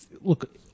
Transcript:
Look